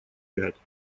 пять